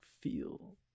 feel